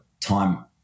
time